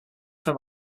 for